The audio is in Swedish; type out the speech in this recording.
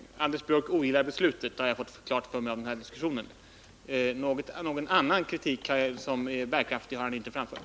Herr talman! Anders Björck ogillar beslutet — det har jag fått klart för mig av den här diskussionen. Någon annan kritik som är bärkraftig har han inte framfört.